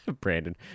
Brandon